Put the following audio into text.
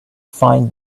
find